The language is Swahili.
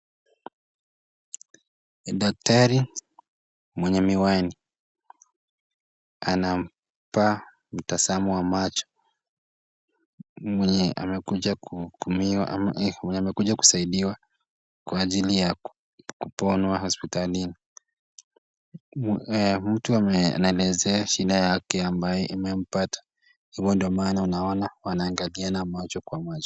Daktari mwenye miwani, anampa mtazamo wa macho, kwa mwemye amekuja kusaidiwa kwanajili ya kuponwa hospitalini, mtu anaelezea shida yake ambaye imempata, hivo ndio maana unaona wanaangaliana macho kwa macho.